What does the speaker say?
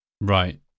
Right